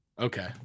Okay